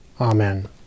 Amen